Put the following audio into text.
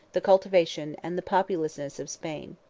the cultivation, and the populousness of spain.